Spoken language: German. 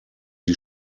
die